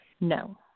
no